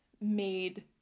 made